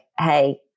hey